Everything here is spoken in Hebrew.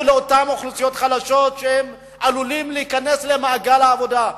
לאותן אוכלוסיות חלשות להיכנס למעגל העבודה,